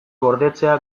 gordetzea